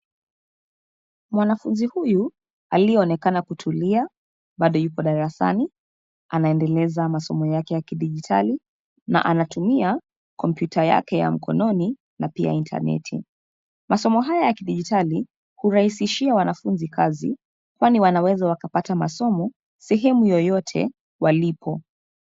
Mwanfunzi huyu aliyeonekana kutulia, baado yupo darasani anaendeleza masomo yake ya kidijitali, na anatumia kompyuta yake ya mkononi na pia intaneti . Masomo haya ya kidijitali hurahisishia wanafunzi kazi kwani wanaweza wakapata masomo sehemu yoyote walipo.